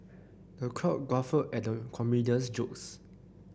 the crowd guffawed at the comedian's jokes